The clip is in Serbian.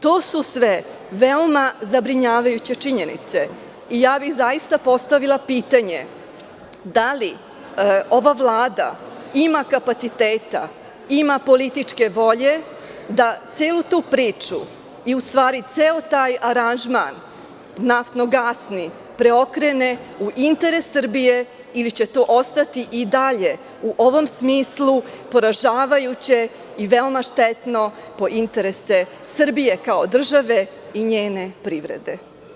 To su sve veoma zabrinjavajuće činjenice i zaista bih postavila pitanje – da li ova Vlada ima kapaciteta, ima političke volje da celu tu priču, i u stvari ceo taj aranžman naftnogasni preokrene u interes Srbije ili će to ostati i dalje u ovom smislu poražavajuće i veoma štetno po interese Srbije kao države i njene privrede?